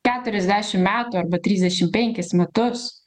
keturiasdešim metų arba trisdešim penkis metus